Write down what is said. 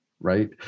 Right